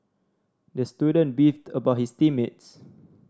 the student beefed about his team mates